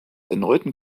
erneuten